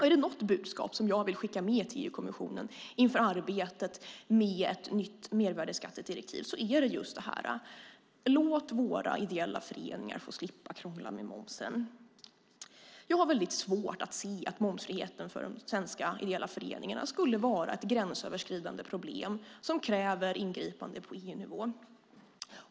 Om det är något budskap som jag vill skicka med till EU-kommissionen inför arbetet med ett nytt mervärdesskattedirektiv är det: Låt våra ideella föreningar slippa krångla med moms. Jag har väldigt svårt att se att momsfriheten för de svenska ideella föreningarna skulle vara ett gränsöverskridande problem som kräver ingripande på EU-nivå.